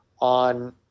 on